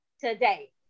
today